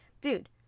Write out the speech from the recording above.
dude